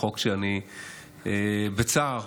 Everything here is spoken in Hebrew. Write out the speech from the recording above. בצער,